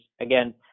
again